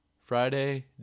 Friday